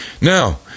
Now